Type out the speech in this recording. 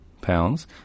pounds